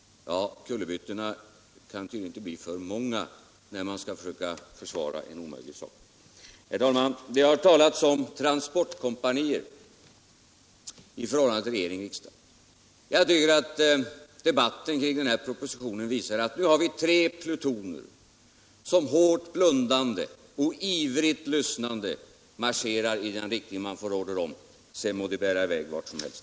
Ja, kullerbyttorna kan tydligen inte bli för många när man skall försöka försvara en omöjlig sak. Herr talman! Det har talats om ett transportkompani i förhållandet mellan regering och riksdag. Jag tycker att debatten kring den här propositionen visar att vi nu har tre plutoner som hårt blundande och ivrigt lyssnande marscherar i den riktning man får order om, sedan må det bära i väg vart som helst.